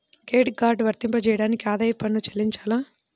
Credit card వర్తింపజేయడానికి ఆదాయపు పన్ను చెల్లించాలా?